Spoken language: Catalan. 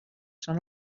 són